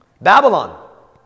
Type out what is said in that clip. Babylon